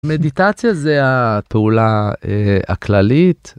מדיטציה זה הפעולה הכללית.